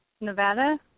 Nevada